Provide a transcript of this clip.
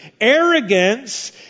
arrogance